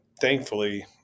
thankfully